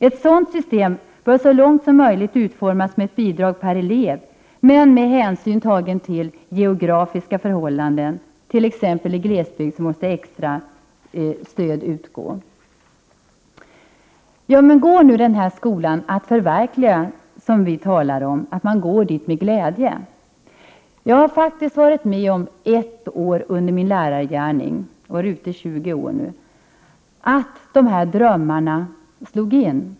Ett sådant system bör så långt möjligt utformas som ett bidrag per elev, men med hänsynstagande till geografiska förhållanden i olika kommuner. Exempelvis måste ett extra stöd utgå i glesbygd. Går då den skola som vi talar om att förverkliga, dit man går med glädje? Ja, jag har varit ute som lärare i 20 år, och under ett år av min lärargärning har jag fått erfara att alla mina drömmar om hur skolan skulle fungera slog in.